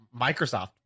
Microsoft